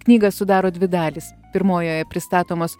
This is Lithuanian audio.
knygą sudaro dvi dalys pirmojoje pristatomos